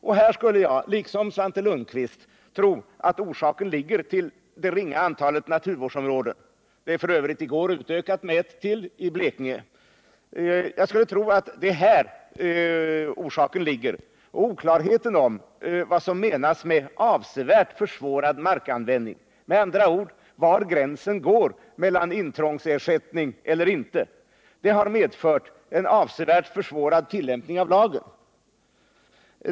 Och här skulle jag 176 liksom Svante Lundkvist tro att orsaken ligger i det ringa antalet naturvårds som menas med avsevärt försvårad markanvändning, med andra ord var Onsdagen den gränsen går för rätt till intrångsersättning, har medfört en avsevärt försvårad 6 december 1978 tillämpning av lagen.